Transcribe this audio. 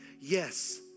Yes